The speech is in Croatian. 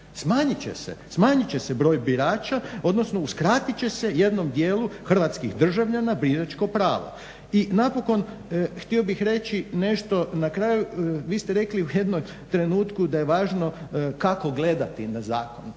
smanjit će se broj birača, odnosno uskratit će se jednom dijelu hrvatskih državljana biračko pravo. I napokon htio bih reći nešto na kraju, vi ste rekli u jednom trenutku da je važno kako gledati na zakon